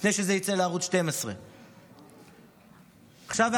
לפני שזה יצא לערוץ 12. עכשיו,